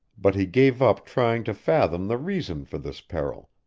but he gave up trying to fathom the reason for this peril,